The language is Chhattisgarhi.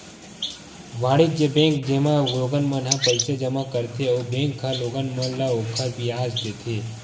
वाणिज्य बेंक, जेमा लोगन मन ह पईसा जमा करथे अउ बेंक ह लोगन मन ल ओखर बियाज देथे